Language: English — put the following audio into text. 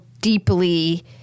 deeply